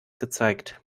gezeigt